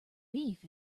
beef